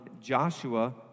Joshua